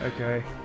Okay